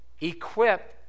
equipped